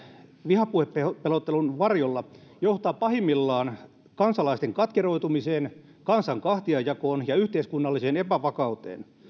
vihapuhepelottelun varjolla johtaa pahimmillaan kansalaisten katkeroitumiseen kansan kahtiajakoon ja yhteiskunnalliseen epävakauteen